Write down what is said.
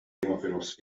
només